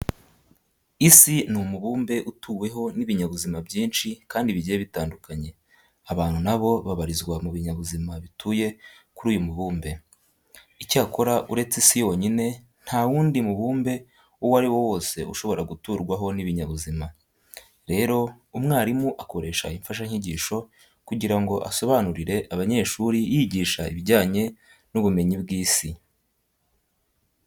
Isi ni umubumbe utuweho n'ibinyabuzima byinshi kandi bigiye bitandukanye. Abantu na bo babarirwa mu binyabuzima bituye kuri uyu mubumbe. Icyakora uretse Isi yonyine nta wundi mubumbe uwo ari wo wose ushobora guturwaho n'ibinyabuzima. Rero, umwarimu akoresha imfashanyigisho kugira ngo asobanurire abanyeshuri yigisha ibijyanye n'ubumenyi bw'Isi.